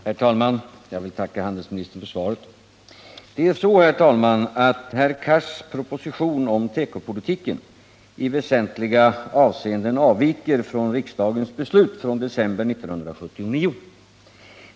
Herr talman! Jag tackar handelsministern för svaret. Det är så, herr talman, att herr Cars proposition om tekopolitiken i väsentliga avseenden avviker från riksdagens beslut från december 1978.